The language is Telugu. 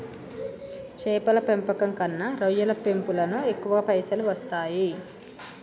చేపల పెంపకం కన్నా రొయ్యల పెంపులను ఎక్కువ పైసలు వస్తాయి